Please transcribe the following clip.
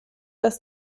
dass